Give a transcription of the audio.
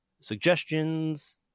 suggestions